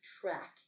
track